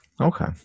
Okay